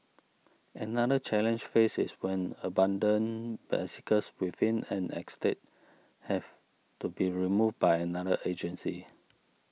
another challenge face is when abandoned bicycles within an estate have to be removed by another agency